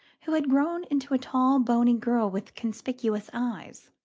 who had grown into a tall bony girl with conspicuous eyes.